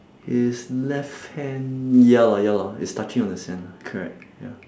his left hand ya lah ya lah it's touching on the sand lah correct ya